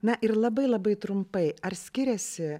na ir labai labai trumpai ar skiriasi